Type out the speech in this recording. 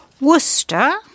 Worcester